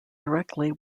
directly